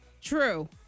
True